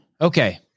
Okay